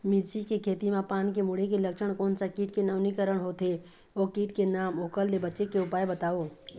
मिर्ची के खेती मा पान के मुड़े के लक्षण कोन सा कीट के नवीनीकरण होथे ओ कीट के नाम ओकर ले बचे के उपाय बताओ?